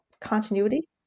continuity